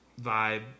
vibe